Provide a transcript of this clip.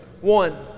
One